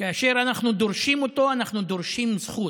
כאשר אנחנו דורשים אותו, אנחנו דורשים זכות.